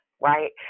right